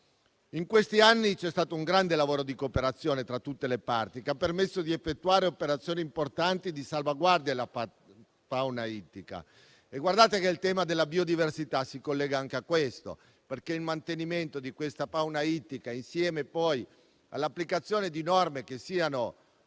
In questi anni c'è stato un grande lavoro di cooperazione tra tutte le parti, che ha permesso di effettuare operazioni importanti di salvaguardia della fauna ittica. E guardate che il tema della biodiversità si collega anche a questo, perché il mantenimento della fauna ittica e l'applicazione di norme razionali